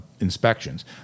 inspections